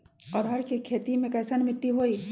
अरहर के खेती मे कैसन मिट्टी होइ?